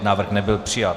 Návrh nebyl přijat.